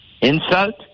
Insult